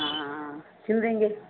हाँ सिल देंगे